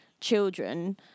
children